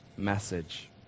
Message